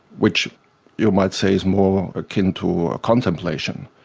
which you might say is more akin to contemplation,